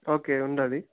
okay ఉన్నాది